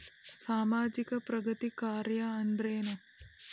ಸಾಮಾಜಿಕ ಪ್ರಗತಿ ಕಾರ್ಯಾ ಅಂದ್ರೇನು?